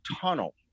tunnel